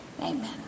amen